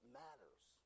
matters